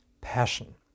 passion